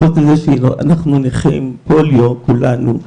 חוץ מזה שאנחנו נכים כל יום, כולנו,